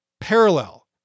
parallel